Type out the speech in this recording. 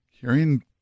hearing